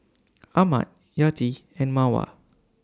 Ahmad Yati and Mawar